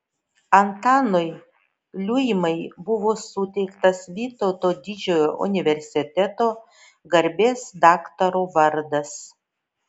antanui liuimai buvo suteiktas vytauto didžiojo universiteto garbės daktaro vardas